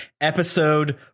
episode